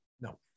no